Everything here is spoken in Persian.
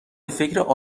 فکر